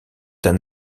d’un